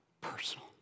personal